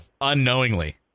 unknowingly